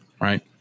Right